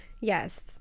Yes